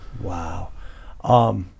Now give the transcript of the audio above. Wow